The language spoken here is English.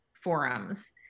forums